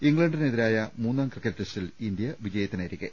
ഇംഗ്ലണ്ടിനെതിരായ മൂന്നാം ക്രിക്കറ്റ് ടെസ്റ്റിൽ ഇന്ത്യ വിജ യത്തിനരികെ